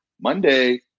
Monday